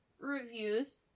reviews